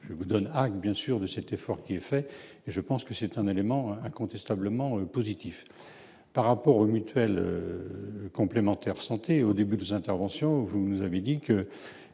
je vous donne acte bien sûr de cet effort qui est fait et je pense que c'est un élément incontestablement positif par rapport aux mutuelles complémentaires santé au début de son intervention, vous nous avez dit que